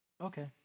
okay